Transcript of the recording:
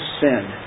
sin